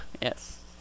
Yes